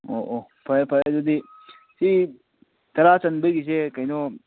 ꯑꯣ ꯑꯣ ꯐꯔꯦ ꯐꯔꯦ ꯑꯗꯨꯗꯤ ꯁꯤ ꯇꯔꯥ ꯆꯟꯕꯒꯤꯁꯦ ꯀꯩꯅꯣ